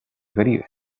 caribe